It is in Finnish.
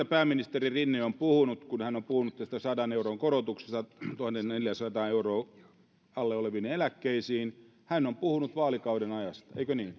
pääministeri rinne on puhunut tästä sadan euron korotuksesta alle tuhannenneljänsadan euron oleviin eläkkeisiin hän on puhunut vaalikauden ajasta